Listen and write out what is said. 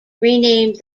renamed